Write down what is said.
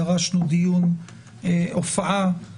דרשנו הופעה על העציר או האסיר.